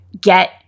get